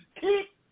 Keep